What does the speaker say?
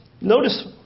notice